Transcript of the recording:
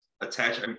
attach